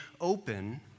open